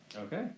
okay